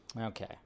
Okay